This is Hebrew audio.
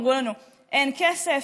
אמרו לנו אין כסף.